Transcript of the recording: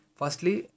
firstly